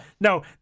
no